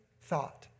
thought